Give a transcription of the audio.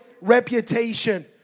reputation